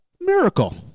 miracle